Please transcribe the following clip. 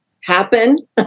happen